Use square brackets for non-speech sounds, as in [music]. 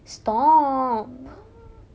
[noise]